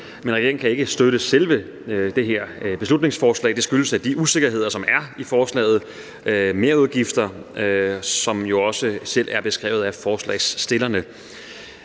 men regeringen kan ikke støtte selve det her beslutningsforslag. Det skyldes de usikkerheder, som er i forslaget, merudgifter, som jo også selv er beskrevet af forslagsstillerne.